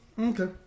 Okay